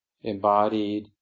embodied